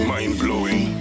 Mind-blowing